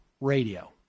radio